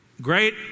great